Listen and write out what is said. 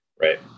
right